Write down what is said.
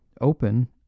Open